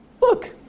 Look